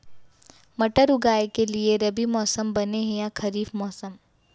मटर उगाए के लिए रबि मौसम बने हे या खरीफ मौसम?